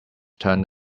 turned